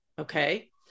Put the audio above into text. okay